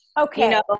Okay